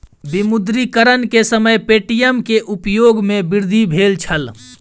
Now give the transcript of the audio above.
विमुद्रीकरण के समय पे.टी.एम के उपयोग में वृद्धि भेल छल